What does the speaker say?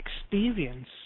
experience